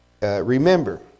remember